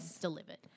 delivered